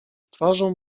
twarzą